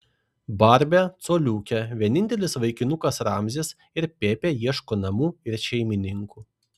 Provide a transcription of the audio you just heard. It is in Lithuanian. barbė coliukė vienintelis vaikinukas ramzis ir pepė ieško namų ir šeimininkų